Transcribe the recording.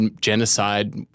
genocide